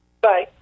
Bye